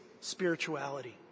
spirituality